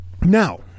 Now